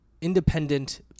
independent